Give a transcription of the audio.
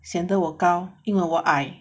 显得我高因为我矮